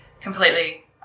completely